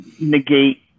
Negate